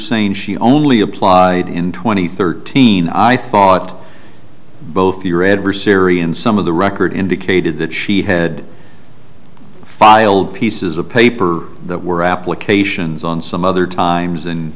saying she only applied in twenty thirteen i thought both your adversary and some of the record indicated that she had filed pieces of paper that were applications on some other times and